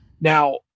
now